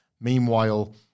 Meanwhile